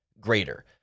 greater